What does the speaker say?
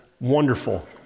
wonderful